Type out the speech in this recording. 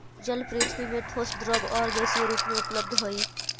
जल पृथ्वी में ठोस द्रव आउ गैसीय रूप में उपलब्ध हई